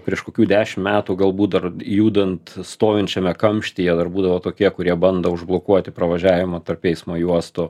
prieš kokių dešim metų galbūt dar judant stovinčiame kamštyje dar būdavo tokie kurie bando užblokuoti pravažiavimą tarp eismo juostų